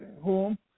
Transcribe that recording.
home